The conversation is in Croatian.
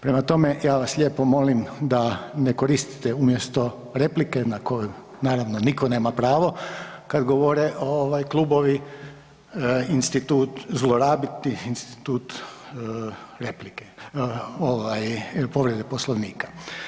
Prema tome, ja vas lijepo molim da ne koristite umjesto replike na koju naravno nitko nema pravo kada govore klubovi, institut zlorabiti, institut replike ovaj povrede Poslovnika.